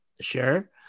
sure